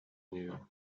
нее